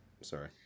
Sorry